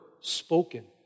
spoken